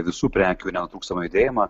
visų prekių nenutrūkstamą judėjimą